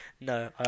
No